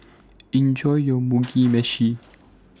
Enjoy your Mugi Meshi